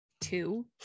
two